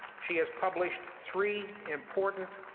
she has published three important,